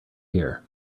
here